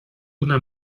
una